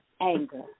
anger